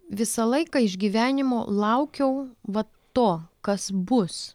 visą laiką iš gyvenimo laukiau vat to kas bus